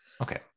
Okay